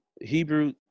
Hebrew